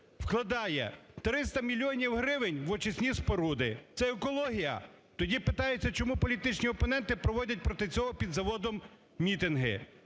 вкладає 300 мільйонів гривень в очисні споруди. Це екологія. Тоді питається: чому політичні опоненти проводять проти цього під заводом мітинги?